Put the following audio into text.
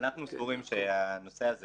אנחנו סבורים שהנושא הזה